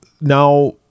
now